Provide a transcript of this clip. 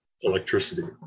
electricity